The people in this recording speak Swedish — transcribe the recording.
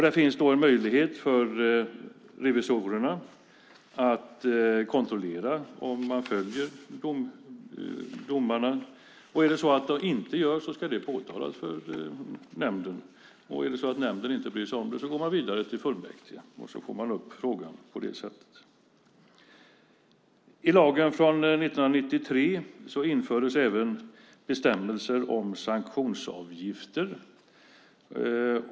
Det finns då en möjlighet för revisorerna att kontrollera om domarna följs. Om det inte görs ska det påtalas för nämnden. Om nämnden inte bryr sig om det går man vidare till fullmäktige och får upp frågan på det sättet. I lagen från 1993 infördes även bestämmelser om sanktionsavgifter.